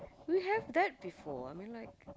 we have that before I mean like